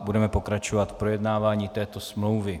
Budeme pokračovat v projednávání této smlouvy.